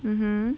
mmhmm